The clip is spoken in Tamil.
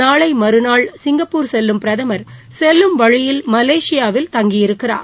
நாளை மறுநாள் சிங்கப்பூர் செல்லும் பிரதம் செல்லும் வழியில் மலேசியாவில் தங்கியிருக்கிறார்